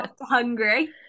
hungry